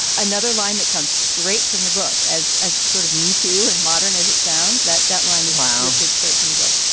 ah another line that comes straight from the book as as sort of too and modern is it sounds that that line is i ah moved it straight from the book.